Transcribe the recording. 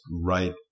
right